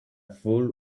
fool